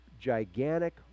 gigantic